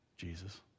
Jesus